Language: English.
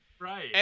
Right